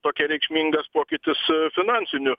tokia reikšmingas pokytis finansiniu